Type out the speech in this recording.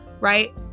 Right